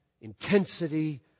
intensity